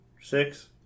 six